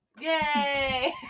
Yay